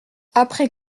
après